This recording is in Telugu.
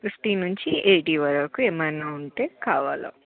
ఫిఫ్టీ నుంచి ఎయిటీ వరకు ఏమైన ఉంటే కావాలి